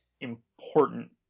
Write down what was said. important